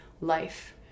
life